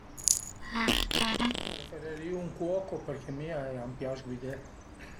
Preferirìu ün cuoco perché a mi a m'pias guidé